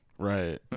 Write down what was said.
Right